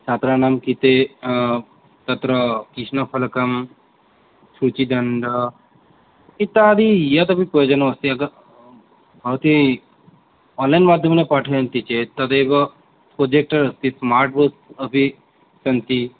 छात्राणां कृते तत्र कृष्णफलकं सूचीदण्डः इत्यादि यदपि प्रयोजनम् अस्ति भवती आन्लैन् माध्यमेन पाठयन्ति चेत् तदेव पोजेक्टर् अपि स्मार्ट् बोर्ड् अपि सन्ति